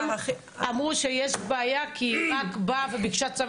אמרו שיש בעיה כי האישה רק באה וביקשה צו